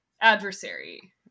adversary